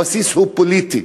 הבסיס הוא פוליטי.